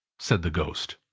said the ghost.